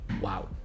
wow